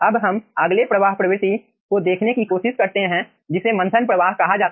अब हम अगले प्रवाह प्रवृत्ति को देखने की कोशिश करते हैं जिसे मंथन प्रवाह कहा जाता है